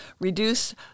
reduce